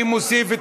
אני מוסיף את